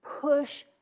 push